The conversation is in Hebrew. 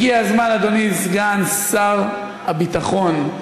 הגיע הזמן, אדוני סגן שר הביטחון,